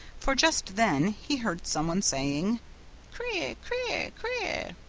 for just then he heard someone saying cri-cri-cri!